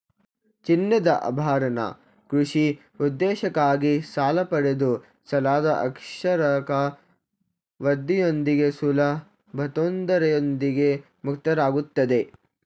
ಚಿನ್ನದಆಭರಣ ಕೃಷಿ ಉದ್ದೇಶಕ್ಕಾಗಿ ಸಾಲಪಡೆದು ಸಾಲದಆಕರ್ಷಕ ಬಡ್ಡಿಯೊಂದಿಗೆ ಸುಲಭತೊಂದರೆಯೊಂದಿಗೆ ಮುಕ್ತರಾಗುತ್ತಾರೆ